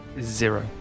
zero